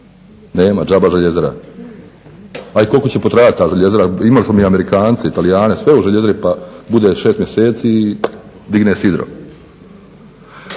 nema, đaba željezara, a i koliko će potrajat ta željezara, imali smo mi Amerikance i Talijane sve u željezari pa bude 6 mjeseci i digne sidro.